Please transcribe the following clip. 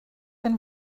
been